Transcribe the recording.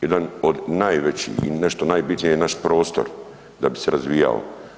Jedan od najvećih i nešto najbitnije je naš prostor da bi se razvijao.